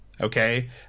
Okay